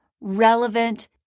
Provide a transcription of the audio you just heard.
relevant